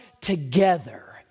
together